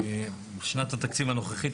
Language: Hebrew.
שנת התקציב הנוכחית,